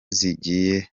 zigiye